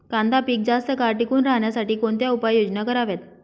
कांदा पीक जास्त काळ टिकून राहण्यासाठी कोणत्या उपाययोजना कराव्यात?